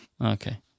Okay